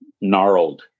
gnarled